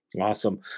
Awesome